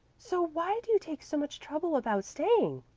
so why do you take so much trouble about staying?